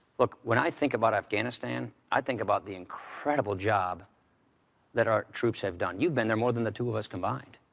look, when i think about afghanistan, i think about the incredible job that our troops have done. you've been there more than the two of us combined.